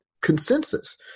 consensus—